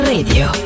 Radio